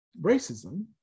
racism